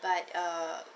but err